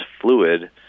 fluid